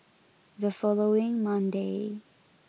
the following Monday